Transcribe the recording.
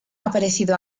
aparecido